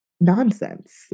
nonsense